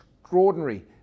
extraordinary